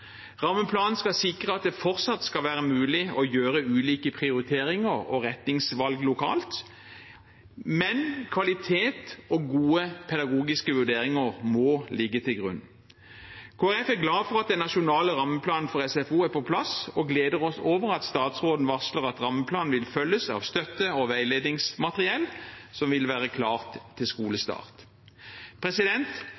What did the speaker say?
Rammeplanen skal sikre at det fortsatt skal være mulig å gjøre ulike prioriteringer og retningsvalg lokalt, men kvalitet og gode pedagogiske vurderinger må ligge til grunn. Kristelig Folkeparti er glad for at den nasjonale rammeplanen for SFO er på plass og gleder oss over at statsråden varsler at rammeplanen vil følges av støtte- og veiledningsmateriell som vil være klart til